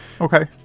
Okay